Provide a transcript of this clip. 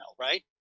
right